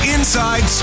Inside